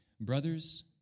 Brothers